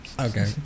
Okay